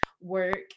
work